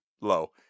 low